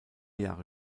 jahre